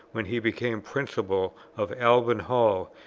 when he became principal of alban hall,